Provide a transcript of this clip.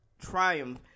triumph